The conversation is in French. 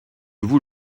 vous